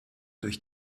durch